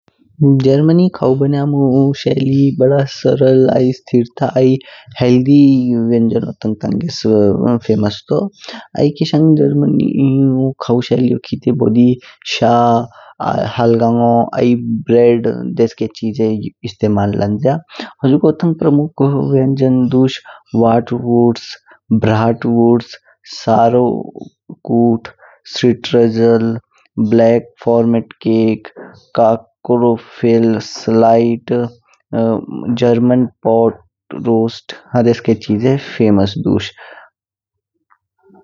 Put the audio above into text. जर्मनी खाऊ बनायमो शैली बड़ा सरल, आई स्थिरता आई स्वास्थ्यवर्धक व्यंजनो तंग तांगेस प्रसिद्ध तू। आई किशांग जर्मनी खाऊ शैली तंग खातिर शा, हलगाओं आई ब्रेड देसके चीजे इस्तेमाल लंज्या। हुजगो तंग प्रमुख व्यंजन दुस वॉट वर्ड्स, ब्राट वर्ड्स, सारो कुट्ट, सेतरेजल, ब्लैक फॉर्मेट केक, काकरो फिल्स स्लाइट, जर्मन पोड रोस्ट एच देसके चीजे प्रसिद्ध दुस।